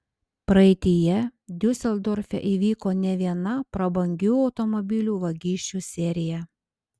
praeityje diuseldorfe įvyko ne viena prabangių automobilių vagysčių serija